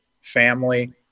family